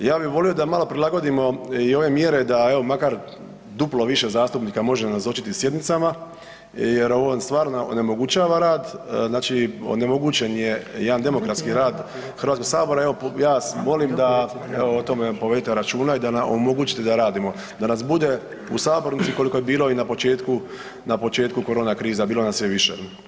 Ja bih molio da malo prilagodimo i ove mjere da maka duplo više zastupnika može nazočiti sjednicama jer ovo stvarno onemogućava rad, znači onemoguće je jedan demokratski rad HS-a evo ja vas molim da o tome povedete računa i da nam omogućite da radimo, da nas bude u sabornici koliko je bilo i na početku korona krize, a bilo nas je više.